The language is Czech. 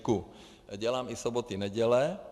A dělám i soboty, neděle.